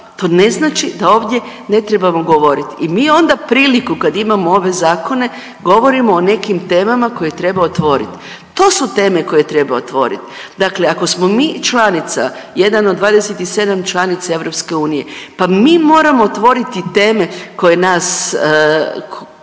to ne znači8 da ovdje ne trebamo govoriti. I mi onda priliku kad imamo ove zakone govorimo o nekim temama koje treba otvoriti. To su teme koje treba otvoriti. Dakle, ako smo mi članica 1 od 27 članica EU pa mi moramo otvoriti teme koje nas,